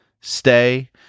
stay